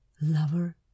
lover